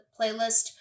playlist